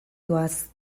doaz